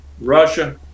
Russia